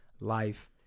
life